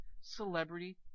Celebrity